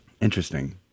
Interesting